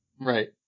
Right